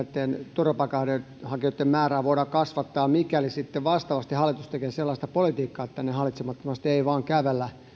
turvapaikanhakijoitten määrää voidaan kasvattaa mikäli sitten vastaavasti hallitus tekee sellaista politiikkaa että tänne ei vain kävellä